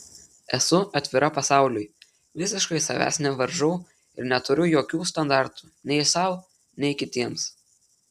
esu atvira pasauliui visiškai savęs nevaržau ir neturiu jokių standartų nei sau nei kitiems